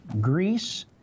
Greece